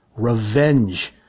revenge